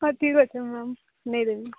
ହଉ ଠିକ୍ ଅଛି ମ୍ୟାମ୍ ନେଇ ଦେବି